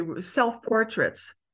self-portraits